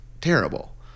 terrible